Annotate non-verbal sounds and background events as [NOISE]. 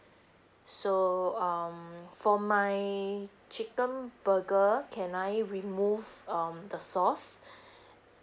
so um for my chicken burger can I remove um the sauce [BREATH]